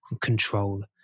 control